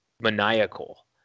maniacal